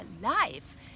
life